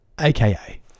AKA